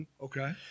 Okay